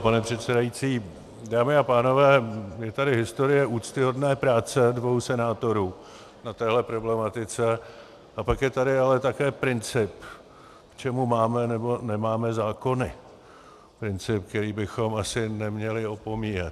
Pane předsedající, dámy a pánové, je tady historie úctyhodné práce dvou senátorů na téhle problematice, a pak je tady ale také princip, k čemu máme nebo nemáme zákony, princip, který bychom asi neměli opomíjet.